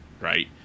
right